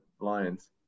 Lions